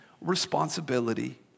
responsibility